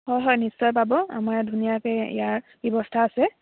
হয় হয় নিশ্চয় পাব আমাৰ ধুনীয়াকৈ ইয়াৰ ব্যৱস্থা আছে